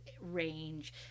range